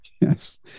Yes